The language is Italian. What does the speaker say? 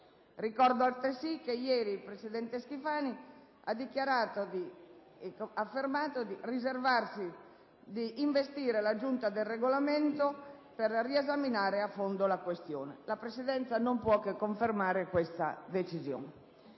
Ricordo altresì che ieri il presidente Schifani ha affermato di riservarsi di investire la Giunta per il Regolamento per riesaminare a fondo la questione. La Presidenza non può che confermare questa decisione.